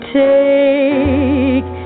take